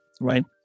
right